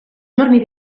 enormi